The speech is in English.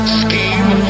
scheme